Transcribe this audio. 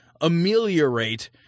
ameliorate